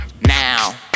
Now